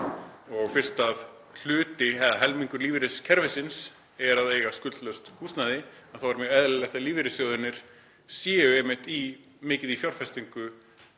Og fyrst hluti eða helmingur lífeyriskerfisins er að eiga skuldlaust húsnæði þá er mjög eðlilegt að lífeyrissjóðirnir séu einmitt mikið í fjárfestingu